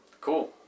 Cool